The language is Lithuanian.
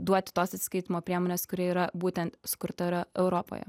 duoti tos atsiskaitymo priemonės kuri yra būtent sukurta yra europoje